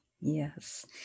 Yes